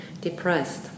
depressed